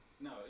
No